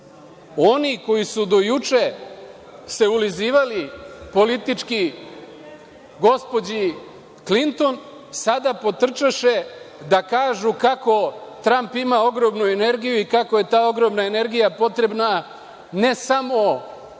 Oni koji su se do juče ulizivali politički gospođi Klinton sada potrčaše da kažu kako Tramp ima ogromnu energiju i kako je ta ogromna energija potrebna, ne samo